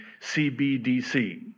CBDC